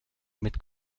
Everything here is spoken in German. mit